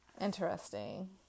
interesting